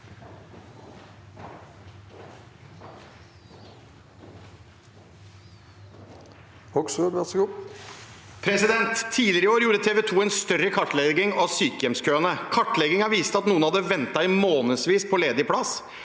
Tidligere i år gjorde TV 2 en større kartlegging av sykehjemskøene. Kartleggingen viste at noen hadde ventet i månedsvis på ledig plass,